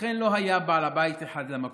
ולכן לא היה בעל בית אחד למקום.